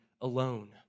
alone